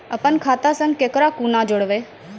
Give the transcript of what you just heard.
अपन खाता संग ककरो कूना जोडवै?